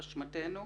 אשמתנו.